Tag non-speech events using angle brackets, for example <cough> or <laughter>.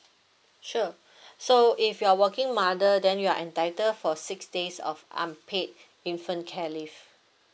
sure <breath> so if you're working mother then you are entitled for six days of unpaid infant care leave